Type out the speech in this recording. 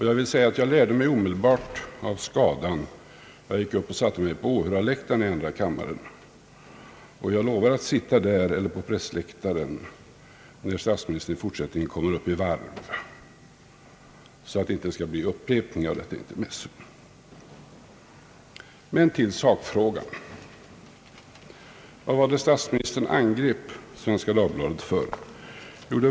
Jag tog också omedelbart lärdom av skadan — jag gick upp och satte mig på åhörarläktaren i andra kammaren; och jag lovar att sitta där eller på pressläktaren när statsministern under framtida debatter kommer upp i varv, så att det inte skall bli en upprepning av detta intermezzo. Men till sakfrågan. Vad var det statsministern angrep Svenska Dagbladet för?